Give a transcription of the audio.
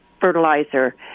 fertilizer